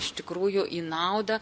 iš tikrųjų į naudą